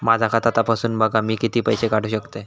माझा खाता तपासून बघा मी किती पैशे काढू शकतय?